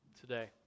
today